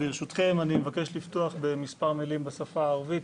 ברשותכם אני מבקש לפתוח בכמה מילים בשפה הערבית